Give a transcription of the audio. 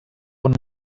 اون